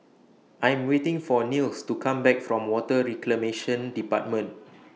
I Am waiting For Nils to Come Back from Water Reclamation department